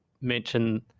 mention